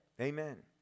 Amen